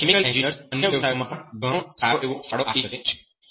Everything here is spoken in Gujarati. આમ કેમિકલ એન્જિનિયર્સ અન્ય વ્યવસાયોમાં પણ સારો એવો ફાળો આપી શકે છે